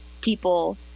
people